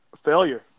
failure